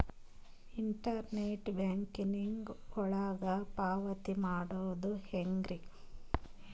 Internet banking ಒಳಗ ಪಾವತಿ ಮಾಡೋದು ಹೆಂಗ್ರಿ?